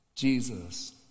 Jesus